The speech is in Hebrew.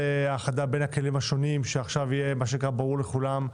האחדה בין הכלים השונים כך שעכשיו יהיה ברור לכולם,